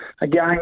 Again